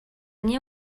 nie